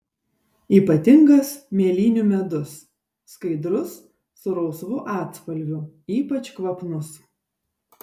ypatingas mėlynių medus skaidrus su rausvu atspalviu ypač kvapnus